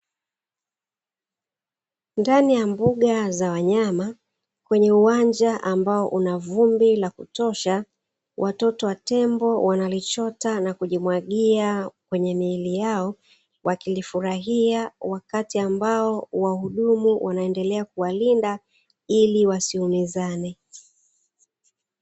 Ndani ya mbuga za wanyama kwenye uwanja ambao una vumbi la kutosha, watoto wa tembo wanalichota na kujimwagia kwenye miili yao, wakirifurahia wakati ambao wahudumu wanaendelea kuwalinda ili wasiumizane.